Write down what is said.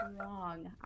wrong